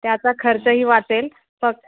त्याचा खर्चही वाचेल फक्